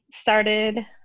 started